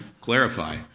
clarify